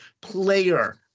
player